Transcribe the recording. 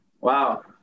wow